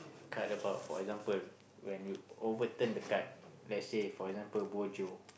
kind about for example when you overturn the card let's say for example bo jio